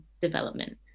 development